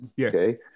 Okay